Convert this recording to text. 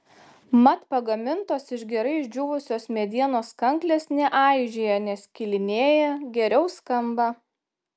mat pagamintos iš gerai išdžiūvusios medienos kanklės neaižėja neskilinėja geriau skamba